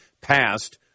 passed